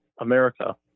America